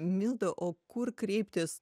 milda o kur kreiptis